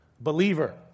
believer